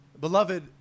beloved